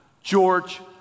George